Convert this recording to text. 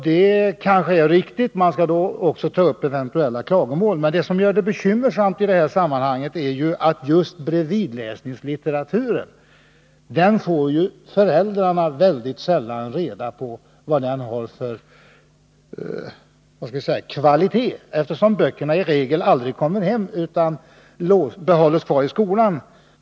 Det är kanske lämpligt. Man skall då också ta upp eventuellt förekommande klagomål. Men det bekymmersammaste i sammanhanget är ju att föräldrarna mycket sällan får kännedom om just bredvidläsningslitteraturens kvalitet, eftersom den litteraturen i regel aldrig kommer till hemmen utan stannar kvar i skolan.